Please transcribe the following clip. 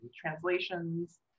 translations